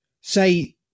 say